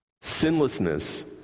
Sinlessness